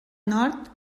nord